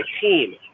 team